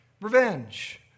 Revenge